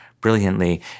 Brilliantly